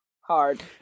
hard